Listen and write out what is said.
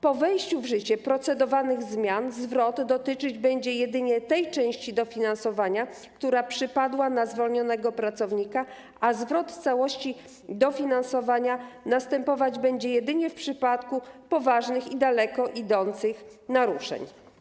Po wejściu w życie procedowanych zmian zwrot dotyczyć będzie jedynie tej części dofinansowania, która przypadła na zwolnionego pracownika, a zwrot całości dofinansowania następować będzie jedynie w przypadku poważnych i daleko idących naruszeń.